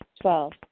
Twelve